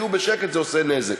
תהיו בשקט, זה עושה נזק.